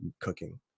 cooking